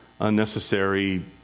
unnecessary